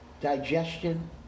digestion